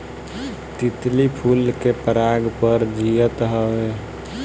तितली फूल के पराग पर जियत हवे